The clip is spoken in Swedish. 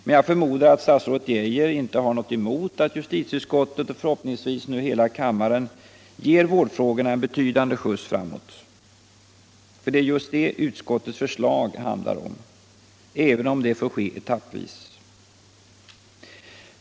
Men jag förmodar att statsrådet Geijer inte har något emot att justitieutskottet och förhoppningsvis nu hela kammaren ger värdfrågorna en betydande skjuts framåt! För det är just det utskottets förslag handlar om, även om det får ske etappvis.